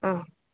ಹಾಂ